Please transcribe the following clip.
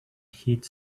heat